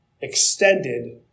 extended